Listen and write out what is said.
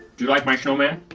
do you like my snowman?